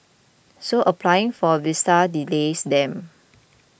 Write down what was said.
so applying for a visa delays them